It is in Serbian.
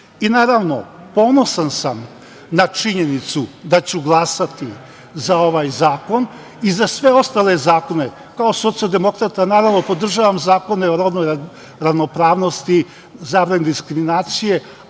ponosan sam na činjenicu da ću glasati za ovaj zakon i za sve ostale zakone. Kao socijaldemokrata naravno podržavam zakone o rodnoj ravnopravnosti, zabrani diskriminacije,